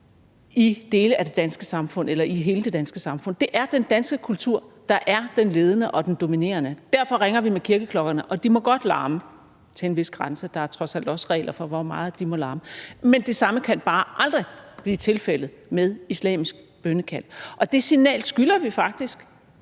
i hele det danske samfund. Det er den danske kultur, der er den ledende og den dominerende. Derfor ringer vi med kirkeklokkerne, og de må godt larme til en vis grænse – der er trods alt også regler for, hvor meget de må larme – men det samme kan bare aldrig blive tilfældet med islamisk bønnekald. Og det signal skylder vi faktisk